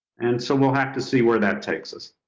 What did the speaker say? and so we'll have to see where that takes us.